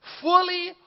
fully